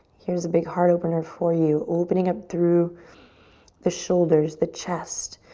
here's a big heart opener for you. opening up through the shoulders, the chest,